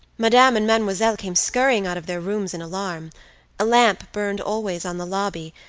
madame and mademoiselle came scurrying out of their rooms in alarm a lamp burned always on the lobby,